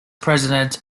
president